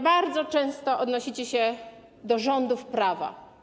Bardzo często odnosicie się do rządów prawa.